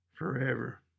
forever